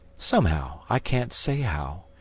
somehow, i can't say how,